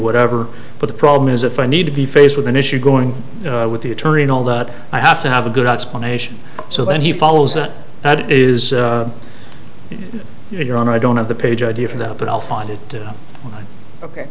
whatever but the problem is if i need to be faced with an issue going with the attorney and all that i have to have a good explanation so then he follows that that is your honor i don't have the page idea for that but i'll find it